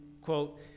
quote